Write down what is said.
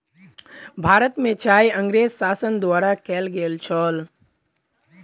भारत में चाय अँगरेज़ शासन द्वारा कयल गेल छल